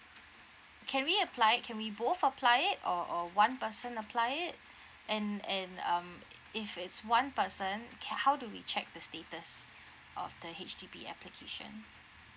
can we apply can we both apply it or or one person apply it and and and um if it's one person c~ how do we check the status of the H_D_B application